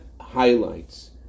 highlights